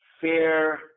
fear